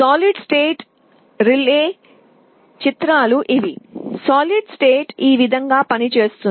solid state relay ఈ విధంగా పనిచేస్తుంది